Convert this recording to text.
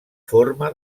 forma